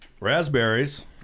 raspberries